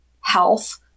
health